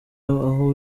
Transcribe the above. aho